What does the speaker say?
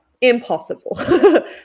impossible